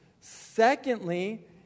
Secondly